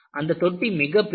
அந்த தொட்டி மிகப்பெரியது